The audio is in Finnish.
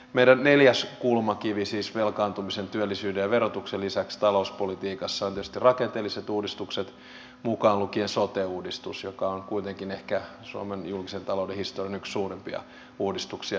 meidän neljäs kulmakivemme siis velkaantumisen työllisyyden ja verotuksen lisäksi talouspolitiikassa on tietysti rakenteelliset uudistukset mukaan lukien sote uudistus joka on kuitenkin ehkä suomen julkisen talouden historian yksi suurimpia uudistuksia